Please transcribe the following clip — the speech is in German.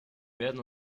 werden